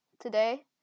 today